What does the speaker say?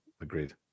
agreed